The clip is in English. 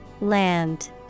land